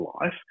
life